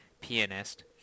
pianist